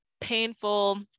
painful